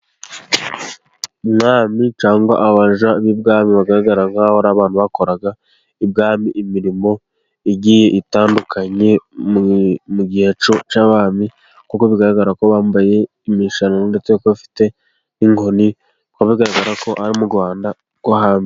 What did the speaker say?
Umwami cyangwa abaja b'ibwami, bagaragara nkaho ari abantu bakoraga ibwami imirimo igiye itandukanye, mu gihe cy'abami nkuko bigaragara ko bambaye imishanana ndetse ko bafite n'inkoni, bikaba bigaragara ko ari mu Rwanda rwo hambere.